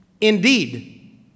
indeed